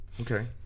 Okay